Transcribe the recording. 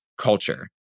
culture